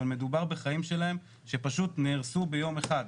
אבל מדובר בחיים שלהם שפשוט נהרסו ביום אחד.